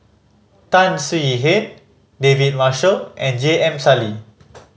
Tan Swie Hian David Marshall and J M Sali